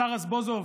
השר רזבוזוב,